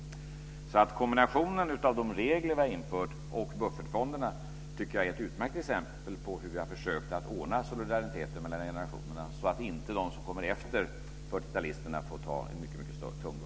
Jag tycker att kombinationen av de regler som vi har infört och buffertfonderna är ett utmärkt exempel på hur vi har försökt ordna solidariteten mellan generationerna, så att inte de som kommer efter 40-talisterna får en mycket tung börda.